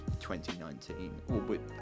2019